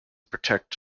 protect